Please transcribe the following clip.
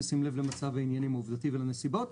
בשים לב למצב העניינים העובדתי והנסיבות,